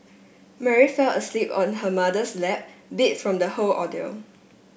Mary fell asleep on her mother's lap beat from the whole ordeal